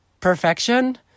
perfection